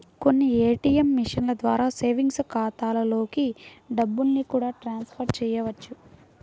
కొన్ని ఏ.టీ.యం మిషన్ల ద్వారా సేవింగ్స్ ఖాతాలలోకి డబ్బుల్ని కూడా ట్రాన్స్ ఫర్ చేయవచ్చు